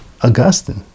Augustine